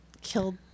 killed